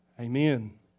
Amen